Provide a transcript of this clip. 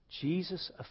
Jesus